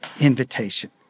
invitation